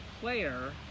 player